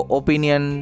opinion